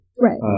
Right